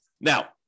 Now